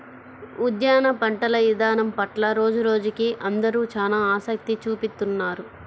ఉద్యాన పంటల ఇదానం పట్ల రోజురోజుకీ అందరూ చానా ఆసక్తి చూపిత్తున్నారు